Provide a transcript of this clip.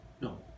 No